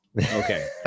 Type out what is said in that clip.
Okay